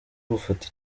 bufate